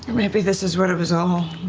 maybe this was what it was all